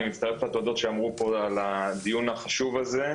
אני מצטרף לתודות שאמרו פה על הדיון החשוב הזה,